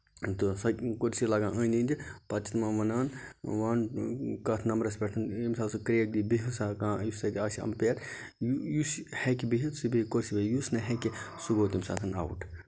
تہٕ سُہ کُرسی لگان أندۍ أندِ پَتہٕ چھِ تِمن وَنان وَن کَتھ نَمبرَس پٮ۪ٹھ ییٚمہِ ساتہٕ سُہ کریکھ دی بِہِو سا کانہہ یُس تتہِ آسہِ ایمپیر یُس ہٮ۪کہِ بِہَتھ سُہ بیٚہہِ کُرسی پٮ۪ٹھ یُس نہٕ ہٮ۪کہِ سُہ گوٚو تَمہِ ساتَن اَوُٹ